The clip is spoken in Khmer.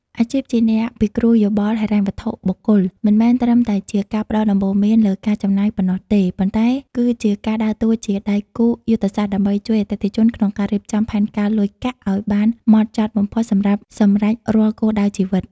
អាជីពជាអ្នកពិគ្រោះយោបល់ហិរញ្ញវត្ថុបុគ្គល មិនមែនត្រឹមតែជាការផ្ដល់ដំបូន្មានលើការចំណាយប៉ុណ្ណោះទេ ប៉ុន្តែគឺជាការដើរតួជាដៃគូយុទ្ធសាស្ត្រដើម្បីជួយអតិថិជនក្នុងការរៀបចំផែនការលុយកាក់ឱ្យបានហ្មត់ចត់បំផុតសម្រាប់សម្រេចរាល់គោលដៅជីវិត។